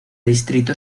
distrito